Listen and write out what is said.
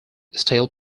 still